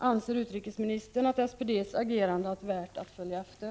Anser utrikesministern att SPD:s agerande är värt att följa efter?